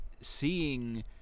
seeing